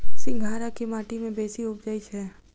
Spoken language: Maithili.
सिंघाड़ा केँ माटि मे बेसी उबजई छै?